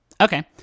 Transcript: Okay